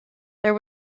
there